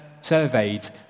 surveyed